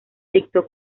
dictó